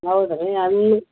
ಹೌದು ರೀ ಅದಿನ್ನು